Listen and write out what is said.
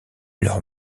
leur